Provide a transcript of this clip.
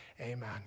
Amen